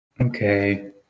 Okay